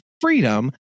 freedom